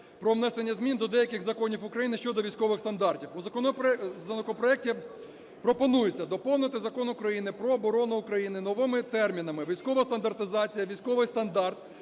про внесення змін до деяких законів України щодо військових стандартів. У законопроекті пропонується доповнити Закон України "Про оборону України" новими термінами: "військова стандартизація", "військовий стандарт",